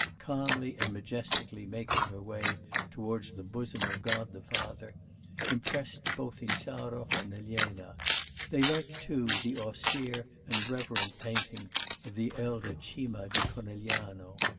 calmly and majestically making her way towards the bosom of god the father impressed both insarov and elena they liked, too, the austere and reverent painting of the elder cima da conegliano.